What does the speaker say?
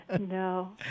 No